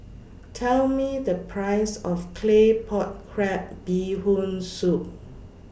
Tell Me The Price of Claypot Crab Bee Hoon Soup